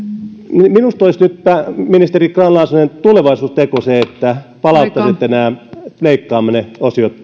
minusta se olisi nyt ministeri grahn laasonen tulevaisuusteko että palauttaisitte nämä leikkaamanne osiot